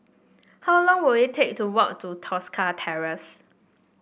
how long will it take to walk to Tosca Terrace